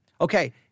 Okay